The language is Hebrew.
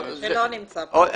שלא נמצא פה.